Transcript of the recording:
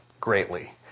greatly